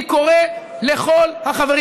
אני קורא לכל החברים,